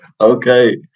Okay